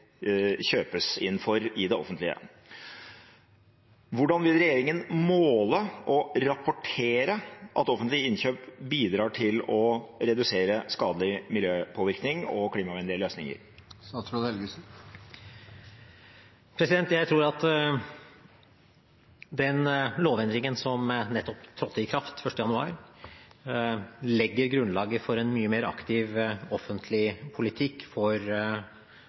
kjøpes inn for i det offentlige. Hvordan vil regjeringen måle og rapportere at offentlige innkjøp bidrar til å redusere skadelig miljøpåvirkning og fremme klimavennlige løsninger? Jeg tror at den lovendringen som nettopp trådte i kraft 1. januar, legger grunnlaget for en mye mer aktiv offentlig politikk for